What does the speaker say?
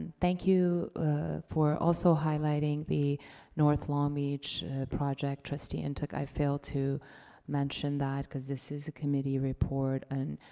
thank you for also highlighting the north long beach project, trustee and ntuk, i failed to mention that because this is a committee report, and